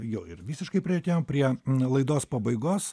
jo ir visiškai priartėjom prie laidos pabaigos